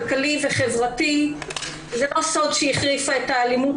כלכלי וחברתי זה לא סוד שהחריפה את האלימות